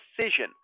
decision